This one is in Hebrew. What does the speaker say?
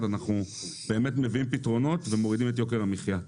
אנחנו באמת מביאים פתרונות ומורידים את יוקר המחייה.